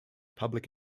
public